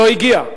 לא הגיע.